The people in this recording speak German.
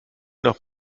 nach